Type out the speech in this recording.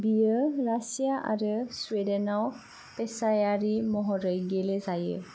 बियो रासिया आरो सुइडेनाव पेशायारि महरै गेले जायो